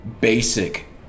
Basic